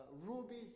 rubies